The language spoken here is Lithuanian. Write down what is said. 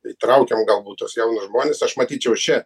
įtraukiam galbūt tuos jaunus žmones aš matyčiau čia